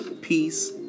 peace